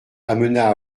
amena